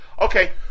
Okay